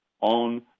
on